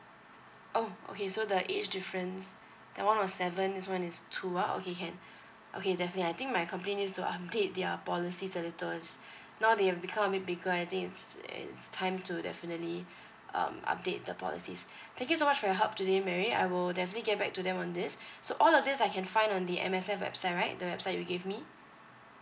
oh okay so the age difference that [one] was seven this [one] is two ah okay can okay definitely I think my company needs to update their policies now they've becoming bigger I think it's it's time to definitely um update the policies thank you so much for your help today mary I will definitely get back to them on this so all of these I can find on the M_S_F website right the website you gave me